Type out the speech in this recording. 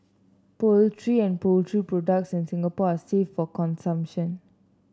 poultry and poultry products in Singapore are safe for consumption